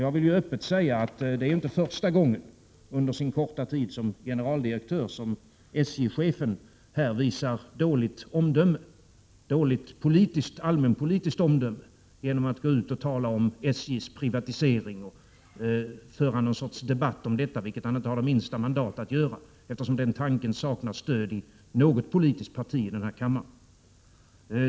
Jag vill öppet säga att det inte är första gången under sin korta tid som generaldirektör som SJ-chefen visar dåligt allmänpolitiskt omdöme genom att gå ut och tala om SJ:s privatisering och föra någon sorts debatt, vilket han inte har minsta mandat att göra, eftersom den tanken saknar stöd i något politiskt parti i denna kammare.